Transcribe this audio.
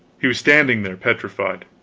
he was standing there petrified.